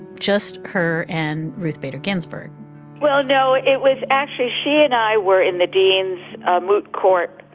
just her and ruth bader ginsburg well, no it was actually she and i were in the dean's moot court